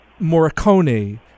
Morricone